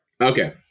okay